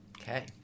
Okay